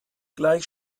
gleich